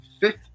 fifth